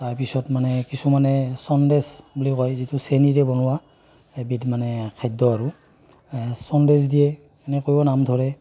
তাৰপিছত মানে কিছুমানে সন্দেশ বুলি কয় যিটো চেনিৰে বনোৱা সেইবিধ মানে খাদ্য আৰু সন্দেশ দিয়ে সেনেকৈও নাম ধৰে